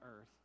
earth